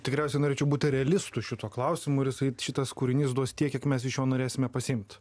tikriausiai norėčiau būti realistu šituo klausimu ir sakyt šitas kūrinys duos tiek kiek mes iš jo norėsime pasiimt